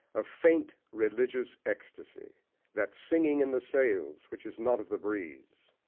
a faint religious ecstasy that singing in the sails which is not of the breeze.